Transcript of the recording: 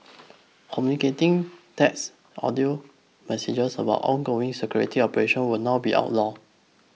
communicating text audio messages about ongoing security operations will not be outlawed